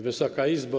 Wysoka Izbo!